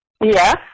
Yes